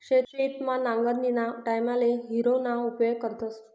शेतमा नांगरणीना टाईमले हॅरोना उपेग करतस